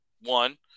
One